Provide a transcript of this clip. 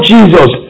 Jesus